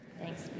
Thanks